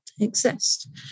exist